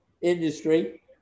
industry